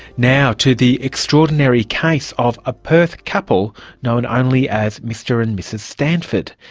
now to the extraordinary case of a perth couple known only as mr and mrs stanford.